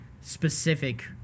specific